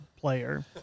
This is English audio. player